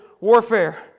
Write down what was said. warfare